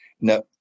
No